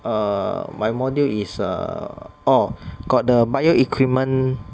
err my module is err orh got the bio equipment